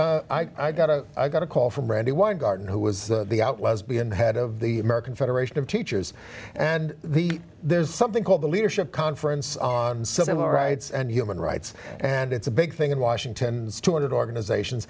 that i got a i got a call from randy weingarten who was the out was been head of the american federation of teachers and the there's something called the leadership conference on civil rights and human rights and it's a big thing in washington's two hundred dollars organizations